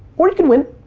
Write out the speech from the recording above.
or you can win.